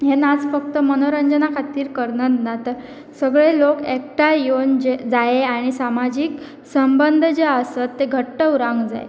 हें नाच फक्त मनोरंजना खातीर करन ना तर सगळे लोक एकठांय येवन जे जाय आनी सामाजीक संबंद जे आसत ते घट्ट उरूवंक जाय